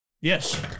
Yes